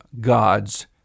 God's